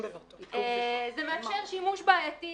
זה מאפשר שימוש בעייתי